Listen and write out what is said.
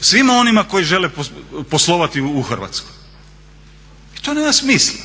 svima onima koji žele poslovati u Hrvatskoj. I to nema smisla.